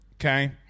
Okay